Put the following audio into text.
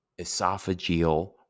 Esophageal